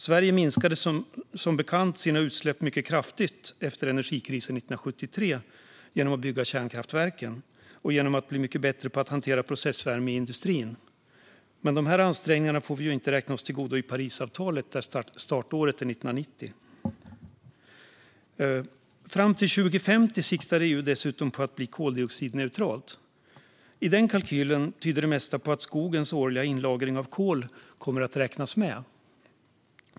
Sverige minskade som bekant sina utsläpp mycket kraftigt efter energikrisen 1973 genom att bygga kärnkraftverken och genom att bli mycket bättre på att hantera processvärme i industrin, men dessa ansträngningar får vi inte räkna oss till godo i Parisavtalet, där startåret är 1990. Fram till 2050 siktar EU dessutom på att bli koldioxidneutralt. I den kalkylen tyder det mesta på att skogens årliga inlagring av kol kommer att räknas med.